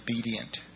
obedient